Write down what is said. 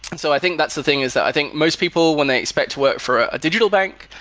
and so i think that's the thing, is that i think most people, when they expect what for a digital bank,